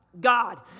God